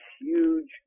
huge